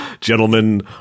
gentlemen